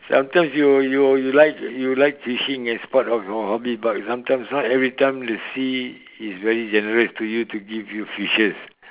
sometime you you you like you like fishing and sport of all for hobbies but sometimes not every time the sea is very generous to you to give you fishes